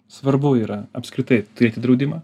svarbu yra apskritai turėti draudimą